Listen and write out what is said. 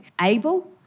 able